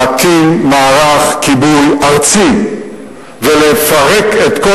להקים מערך כיבוי ארצי ולפרק את כל